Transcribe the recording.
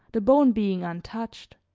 the bone being untouched,